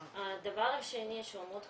הדבר השני שהוא מאוד חשוב,